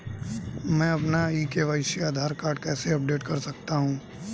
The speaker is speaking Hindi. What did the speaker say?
मैं अपना ई के.वाई.सी आधार कार्ड कैसे अपडेट कर सकता हूँ?